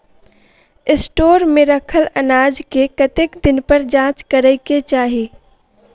Store मे रखल अनाज केँ कतेक दिन पर जाँच करै केँ चाहि?